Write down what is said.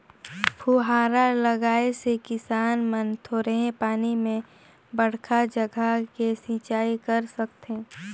फुहारा लगाए से किसान मन थोरहें पानी में बड़खा जघा के सिंचई कर सकथें